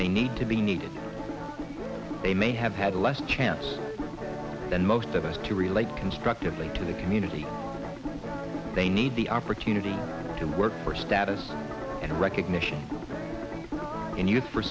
they need to be needed they may have had less chance than most of us to relate constructively to the community they need the opportunity to work for status and recognition